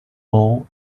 ball